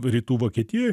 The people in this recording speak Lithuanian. rytų vokietijoj